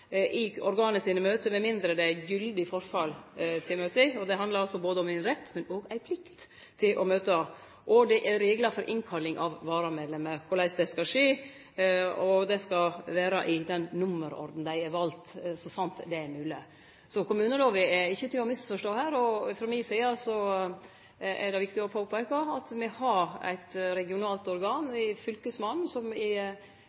i organet sine møte, med mindre det er gyldig forfall. Det handlar altså både om ein rett, men òg ei plikt, til å møte. Det er reglar for innkalling av varamedlem, korleis det skal skje, og det skal vere i den nummerorden dei er valde i – så sant det er mogleg. Kommunelova er ikkje til å misforstå her, og frå mi side er det viktig å peike på at me har eit viktig regionalt organ i fylkesmannen, for fylkesmannen er